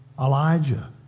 Elijah